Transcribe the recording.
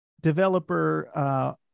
developer